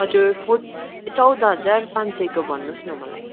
हजुर फोर्ट ए चौध हजार पाँच सयको भन्नुहोस् न मलाई